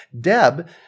Deb